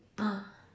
ah